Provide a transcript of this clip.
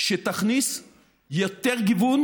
שתכניס יותר גיוון